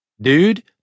Dude